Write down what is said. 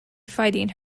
fighting